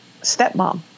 stepmom